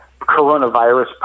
coronavirus